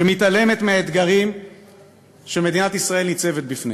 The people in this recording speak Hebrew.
שמתעלמת מהאתגרים שמדינת ישראל ניצבת בפניהם.